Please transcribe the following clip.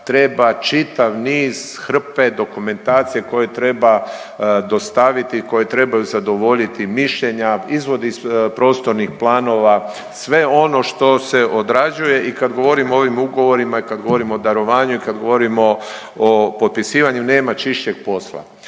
treba čitav niz, hrpe dokumentacije koje treba dostaviti, koji trebaju zadovoljiti, mišljenja, izvodi iz prostornih planova, sve ono što se odrađuje i kad govorim o ovim ugovorima i kad govorim o darovanju i kad govorim o potpisivanju, nema čišćeg posla.